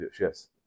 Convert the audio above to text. Yes